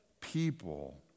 people